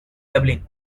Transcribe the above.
dublin